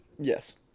Yes